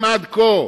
אם עד כה